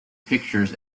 pictures